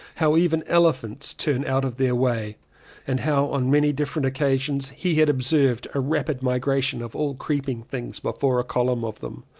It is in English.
how even elephants turn out of their way and how on many dif ferent occasions he had observed a rapid migration of all creeping things before a column of them,